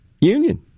union